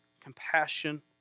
compassion